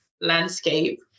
landscape